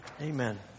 Amen